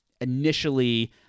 initially